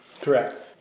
Correct